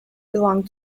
belong